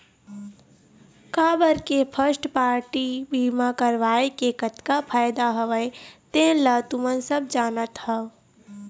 काबर के first party बीमा करवाय के कतका फायदा हवय तेन ल तुमन सब जानत हव